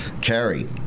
carry